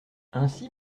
ainsi